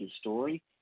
Story